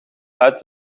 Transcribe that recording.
uit